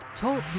Talk